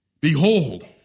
Behold